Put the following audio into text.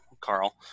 Carl